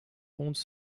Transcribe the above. rondes